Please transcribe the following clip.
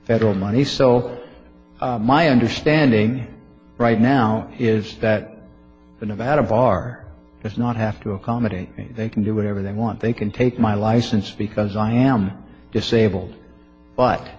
federal money so my understanding right now is that the nevada bar does not have to accommodate and they can do whatever they want they can take my license because i am disabled but